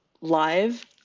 live